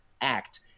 act